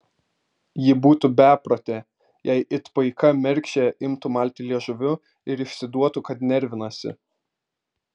ji būtų beprotė jei it paika mergšė imtų malti liežuviu ir išsiduotų kad nervinasi